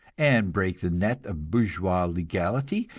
and break the net of bourgeois legality,